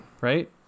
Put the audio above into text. Right